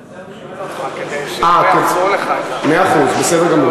בגלל זה הוא שואל אותך, כדי, מאה אחוז, בסדר גמור.